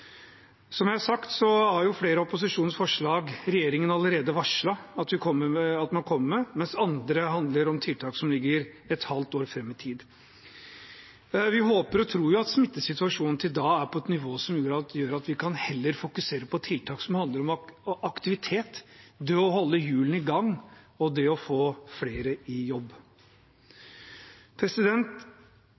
Som jeg har sagt: Flere av opposisjonens forslag har regjeringen allerede varslet at man kommer med, mens andre handler om tiltak som ligger et halvt år fram i tid. Vi håper og tror at smittesituasjonen da er på et nivå som gjør at vi heller kan fokusere på tiltak som handler om aktivitet, om å holde hjulene i gang og om det å få flere i jobb.